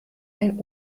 ein